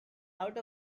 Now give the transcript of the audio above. out